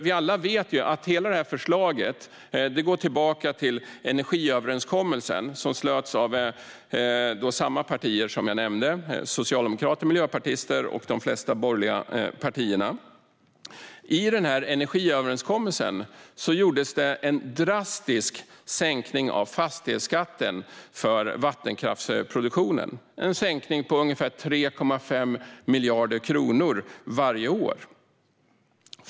Vi alla vet ju att hela detta förslag går tillbaka till energiöverenskommelsen, som slöts av samma partier som jag nämnde: Socialdemokraterna, Miljöpartiet och de flesta borgerliga partierna. I den energiöverenskommelsen gjordes det en drastisk sänkning av fastighetsskatten för vattenkraftsproduktionen - en sänkning på ungefär 3,5 miljarder kronor varje år.